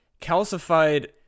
calcified